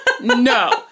No